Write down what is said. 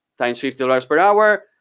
times fifty dollars per hour,